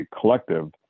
collective